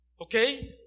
Okay